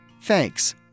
Thanks